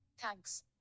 Thanks